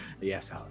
Yes